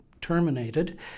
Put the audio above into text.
terminated